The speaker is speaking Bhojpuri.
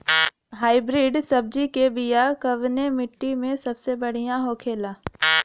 हाइब्रिड सब्जी के बिया कवने मिट्टी में सबसे बढ़ियां होखे ला?